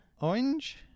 Orange